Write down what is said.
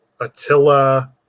attila